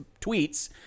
tweets